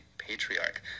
Patriarch